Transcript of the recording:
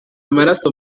amaraso